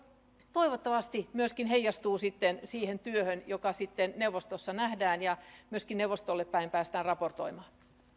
toivottavasti myöskin heijastuu siihen työhön joka sitten neuvostossa nähdään ja myöskin neuvostolle päin päästään raportoimaan